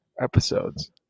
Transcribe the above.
episodes